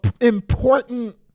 important